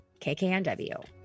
KKNW